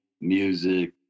music